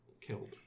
killed